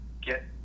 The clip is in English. get